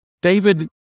David